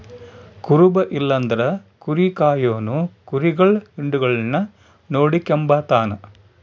ಕುರುಬ ಇಲ್ಲಂದ್ರ ಕುರಿ ಕಾಯೋನು ಕುರಿಗುಳ್ ಹಿಂಡುಗುಳ್ನ ನೋಡಿಕೆಂಬತಾನ